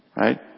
Right